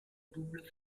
double